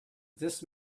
this